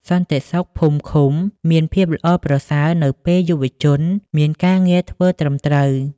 សន្តិសុខភូមិឃុំមានភាពល្អប្រសើរនៅពេលយុវជនមានការងារធ្វើត្រឹមត្រូវ។